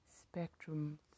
spectrum